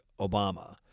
Obama